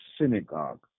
synagogue